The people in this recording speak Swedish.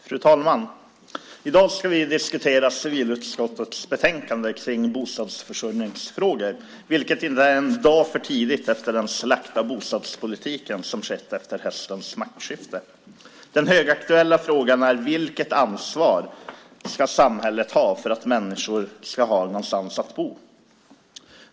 Fru talman! I dag ska vi diskutera civilutskottets betänkande om bostadsförsörjningsfrågor, vilket inte är en dag för tidigt efter den slakt av bostadspolitiken som skett efter höstens maktskifte. Den högaktuella frågan är: Vilket ansvar ska samhället ha för att människor ska ha någonstans att bo?